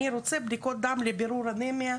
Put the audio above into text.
לדוגמה: אני רוצה בדיקות דם לבירור אנמיה.